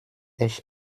echt